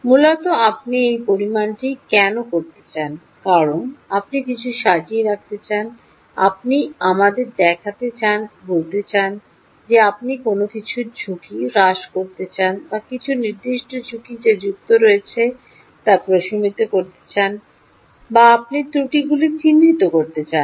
মূলত আপনি এই পরিমাণটি কেন করতে চান কারণ আপনি কিছু সাজিয়ে দেখতে চান আপনি আমাদের দেখতে চান বলতে চান যে আপনি কোনও কিছুর ঝুঁকি হ্রাস করতে চান বা কিছু নির্দিষ্ট ঝুঁকি যা যুক্ত রয়েছে তা প্রশমিত করতে চান বা আপনি ত্রুটিগুলি চিহ্নিত করতে চান